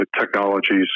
technologies